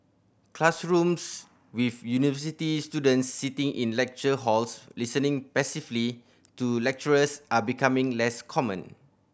classrooms with university students sitting in lecture halls listening passively to lecturers are becoming less common